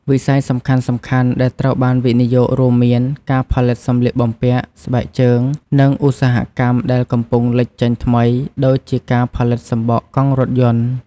វិស័យសំខាន់ៗដែលត្រូវបានវិនិយោគរួមមានការផលិតសម្លៀកបំពាក់ ស្បែកជើង និងឧស្សាហកម្មដែលកំពុងលេចចេញថ្មី ដូចជាការផលិតសំបកកង់រថយន្ត។